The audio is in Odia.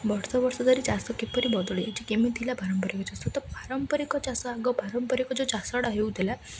ବର୍ଷ ବର୍ଷ ଧରି ଚାଷ କିପରି ବଦଳି ଯାଇଛି କେମିତି ଥିଲା ପାରମ୍ପରିକ ଚାଷ ତ ପାରମ୍ପରିକ ଚାଷ ଆଗ ପାରମ୍ପରିକ ଯେଉଁ ଚାଷଟା ହେଉଥିଲା